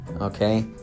okay